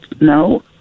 No